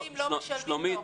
לא משלמים לו.